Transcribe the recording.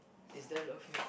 is there love here